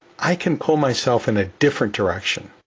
i can pull myself in a different direction,